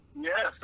Yes